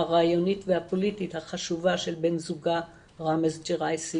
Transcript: הרעיונית והפוליטית החשובה של בן זוגה ראמז ג'ראייסי